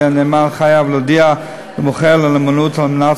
יהיה הנאמן חייב להודיע למוכר על הנאמנות על מנת